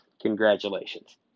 Congratulations